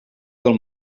del